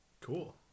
Cool